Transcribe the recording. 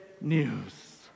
news